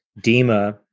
dima